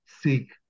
seek